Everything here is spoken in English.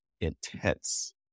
intense